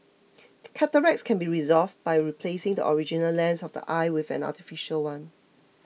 cataracts can be resolved by replacing the original lens of the eye with an artificial one